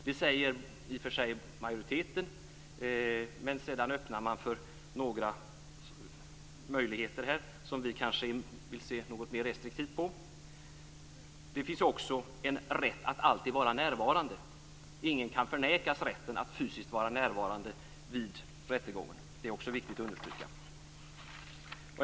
Det säger majoriteten i och för sig men sedan öppnar man för några möjligheter här som vi kanske vill se något mera restriktivt på. Det finns också en rätt att alltid vara närvarande. Ingen kan förnekas rätten att fysiskt vara närvarande vid rättegången. Detta är det också viktigt att understryka.